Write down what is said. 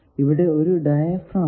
ഇവിടെ ഒരു ഡയഫ്രം ഉണ്ട്